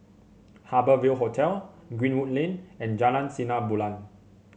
Harbour Ville Hotel Greenwood Lane and Jalan Sinar Bulan